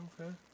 okay